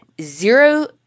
zero